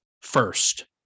first